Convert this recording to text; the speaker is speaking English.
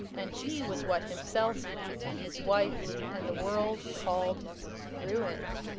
and he was what himself and his wife and the world called ruined.